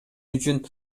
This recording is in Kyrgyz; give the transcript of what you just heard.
үчүн